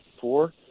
Four